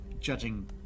judging